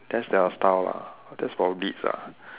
that's their style lah that's for beats ah